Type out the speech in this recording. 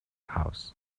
house